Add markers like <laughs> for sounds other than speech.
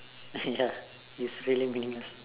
<laughs> ya is really meaningless